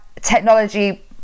technology